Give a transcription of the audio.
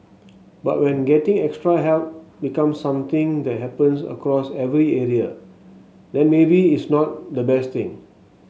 but when getting extra help becomes something that happens across every area then maybe it's not the best thing